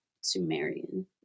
Sumerian